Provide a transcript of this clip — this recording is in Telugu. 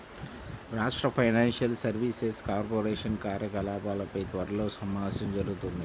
రాష్ట్ర ఫైనాన్షియల్ సర్వీసెస్ కార్పొరేషన్ కార్యకలాపాలపై త్వరలో సమావేశం జరుగుతుంది